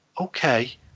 okay